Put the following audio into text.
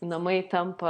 namai tampa